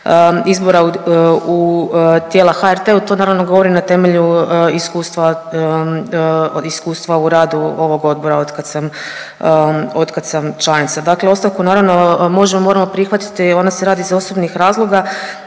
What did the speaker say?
izbor u tijela HRT-a, to naravno govorim na temelju iskustva u radu ovog odbora od kad sam članica. Dakle, ostavku možemo moramo prihvatiti ona se radi iz osobnih razloga